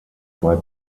zwei